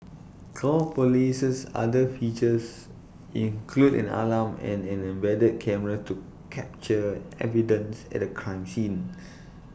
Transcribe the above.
call police's other features include an alarm and an embedded camera to capture evidence at A crime scene